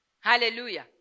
Hallelujah